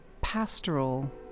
pastoral